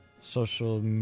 social